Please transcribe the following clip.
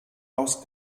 aus